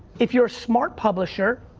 if you're a smart publisher,